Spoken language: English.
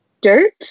dirt